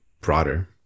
broader